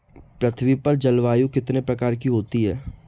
पृथ्वी पर जलवायु कितने प्रकार की होती है?